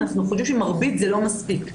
אנחנו חושבים שמרבית זה לא מספיק,